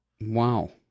Wow